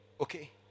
okay